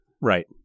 Right